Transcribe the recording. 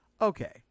Okay